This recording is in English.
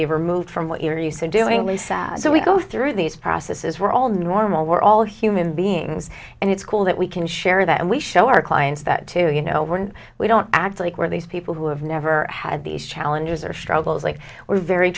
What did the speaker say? be removed from what you know you say doing really sad so we go through these processes we're all normal we're all human beings and it's cool that we can share that and we show our clients that too you know when we don't act like where these people who have never had these challenges or struggles like we're very